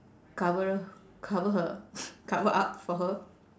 cover her cover her cover up for her